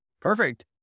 Perfect